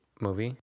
Movie